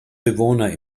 bewohner